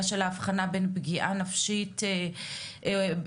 של האבחנה בין פגיעה נפשית טראומטית,